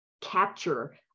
capture